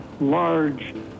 large